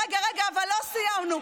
--- רגע, רגע, אבל לא סיימנו.